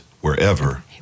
wherever